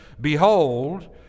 Behold